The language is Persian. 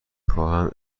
خواهم